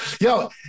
Yo